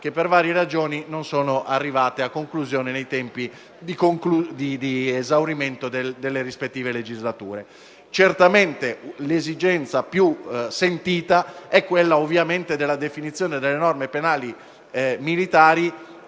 che, per varie ragioni, non sono arrivati a conclusione nei tempi di esaurimento delle rispettive legislature. Certo, l'esigenza più sentita è ovviamente quella della definizione delle norme penali militari